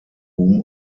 whom